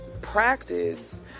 practice